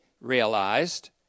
realized